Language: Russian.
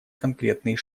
конкретные